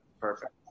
perfect